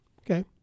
Okay